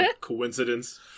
coincidence